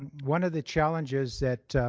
one of the challenges that